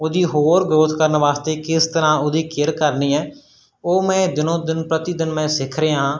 ਉਹਦੀ ਹੋਰ ਗਰੋਥ ਕਰਨ ਵਾਸਤੇ ਕਿਸ ਤਰ੍ਹਾਂ ਉਹਦੀ ਕੇਅਰ ਕਰਨੀ ਹੈ ਉਹ ਮੈਂ ਦਿਨੋਂ ਦਿਨ ਪ੍ਰਤੀ ਦਿਨ ਮੈਂ ਸਿੱਖ ਰਿਹਾ ਹਾਂ